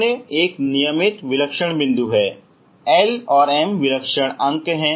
शून्य एक नियमित विलक्षण बिंदु है L और M विलक्षण अंक हैं